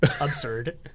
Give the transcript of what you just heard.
absurd